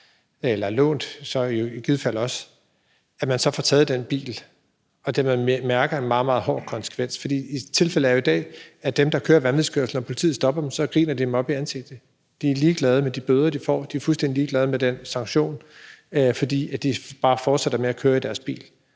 eller lånt i en delebilsordning, så får man taget den bil, og så mærker man en meget, meget hård konsekvens. For tilfældet er jo sådan i dag, at dem, der kører vanvidskørsel, griner politiet op i ansigtet, når politiet stopper dem. De er ligeglade med de bøder, de får, og de er fuldstændig ligeglade med den sanktion, fordi de bare fortsætter med at køre i deres bil.